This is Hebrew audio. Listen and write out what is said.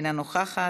אינה נוכחת,